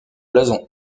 blason